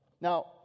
now